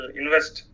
invest